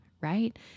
right